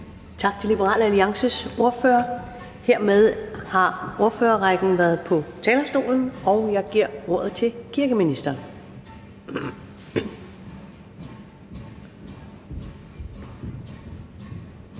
Tak til Liberal Alliances ordfører. Hermed har rækken af ordførere været på talerstolen, og jeg giver ordet til kirkeministeren.